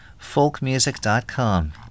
folkmusic.com